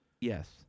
Yes